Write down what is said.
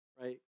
right